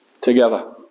together